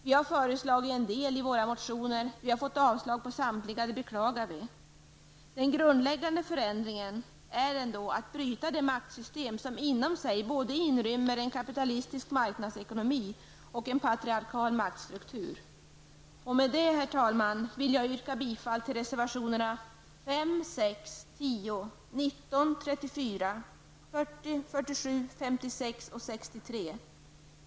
Vi har framfört en del förslag i våra motioner, men samtliga har avstyrkts, vilket vi beklagar. Den grundläggande förändringen som bör genomföras är att bryta det maktsystem som inom sig både inrymmer en kapitalistisk marknadsekonomi och en patriarkal maktstruktur. Herr talman! Med det anförda vill jag yrka bifall till reservationerna 5, 6, 10, 19, 34, 40, 47, 56 och 63.